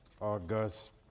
August